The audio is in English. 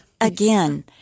again